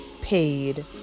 paid